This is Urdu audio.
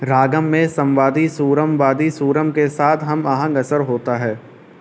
راگم میں سموادی سورم وادی سورم کے ساتھ ہم آہنگ اثر ہوتا ہے